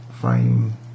frame